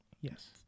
yes